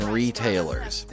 retailers